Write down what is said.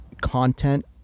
content